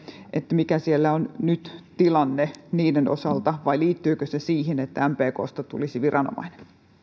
mikä siellä on nyt tilanne niiden osalta vai liittyykö se siihen että mpksta tulisi viranomainen